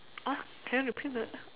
can you repeat the